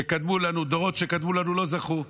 שקדמו לנו, דורות שקדמו לנו, לא זכו,